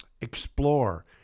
explore